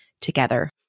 together